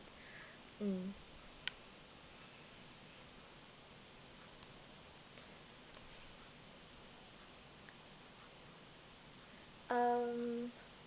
mm um